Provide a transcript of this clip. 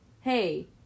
hey